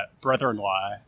brother-in-law